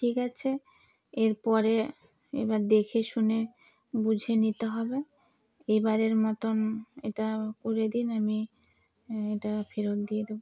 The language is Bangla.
ঠিক আছে এর পরে এবার দেখে শুনে বুঝে নিতে হবে এবারের মতন এটা করে দিন আমি এটা ফেরত দিয়ে দেব